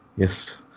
yes